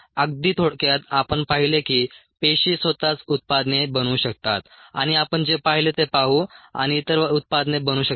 अगदी थोडक्यात आपण पाहिले की पेशी स्वतःच उत्पादने बनू शकतात आणि आपण जे पाहिले ते पाहू आणि इतर उत्पादने बनू शकतात